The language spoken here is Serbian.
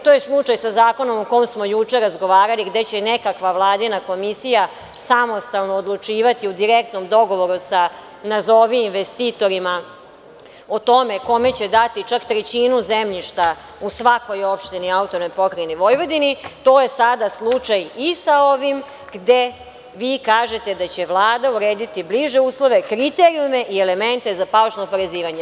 To je slučaj sa zakonom o kom smo juče razgovarali, gde će nekakva Vladina komisija samostalno odlučivati u direktnom dogovoru sa, nazovi, investitorima, o tome kome će dati čak trećinu zemljišta u svakoj opštini AP Vojvodini, to je sada slučaj i sa ovim, gde vi kažete da će Vlada urediti bliže uslove, kriterijume i elemente za paušalno oporezivanje.